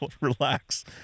relax